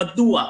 מדוע?